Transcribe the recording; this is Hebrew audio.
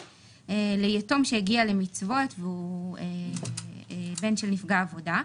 ליתום שהגיע למצוות והוא בן של נפגע עבודה.